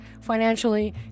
financially